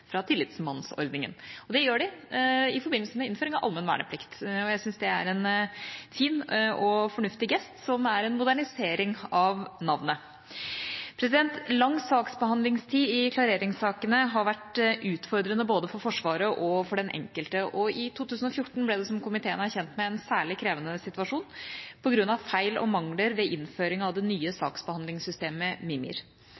fra Tillitsmannsordningen. Det gjør de i forbindelse med innføring av allmenn verneplikt. Jeg syns det er en fin og fornuftig gest som er en modernisering av navnet. Lang saksbehandlingstid i klareringssakene har vært utfordrende både for Forsvaret og for den enkelte, og i 2014 ble det, som komiteen er kjent med, en særlig krevende situasjon på grunn av feil og mangler ved innføring av det nye